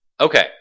Okay